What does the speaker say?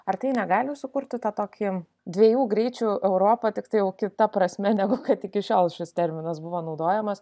ar tai negali sukurti tą tokį dviejų greičių europą tiktai jau kita prasme negu kad iki šiol šis terminas buvo naudojamas